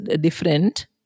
different